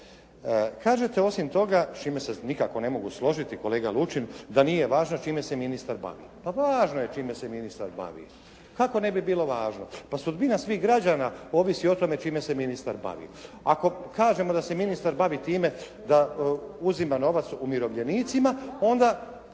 Kažete osim toga s čime se nikako ne mogu složiti kolega Lučin da nije važno čime se ministar bavi. Pa važno je čime se ministar bavi. Kako ne bi bilo važno. Pa sudbina svih građana ovisi o tome čime se ministar bavi. Ako kažemo da se ministar bavi time da uzima novac umirovljenicima onda